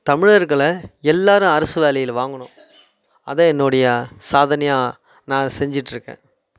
தமிழர்களை எல்லோரும் அரசு வேலையில் வாங்கணும் அதுதான் என்னோடைய சாதனையாக நான் செஞ்சுட்ருக்கேன்